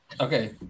Okay